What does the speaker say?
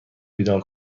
بیدار